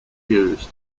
used